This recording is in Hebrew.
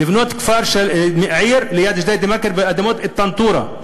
לבנות עיר ליד ג'דיידה-מכר באדמות טנטורה.